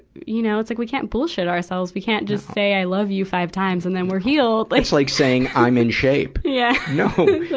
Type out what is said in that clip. you know, it's like we can't bullshit ourselves. we can't just say i love you five times and then we're healed. like it's like saying i'm in shape. yeah. no!